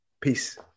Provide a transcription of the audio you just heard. Peace